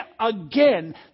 again